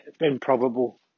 improbable